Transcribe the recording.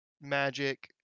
Magic